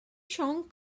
siôn